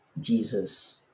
Jesus